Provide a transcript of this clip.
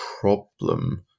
problem